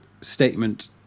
statement